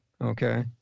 Okay